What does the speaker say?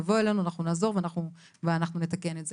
תבואו אלינו, אנחנו נעזור ואנחנו נתקן את זה.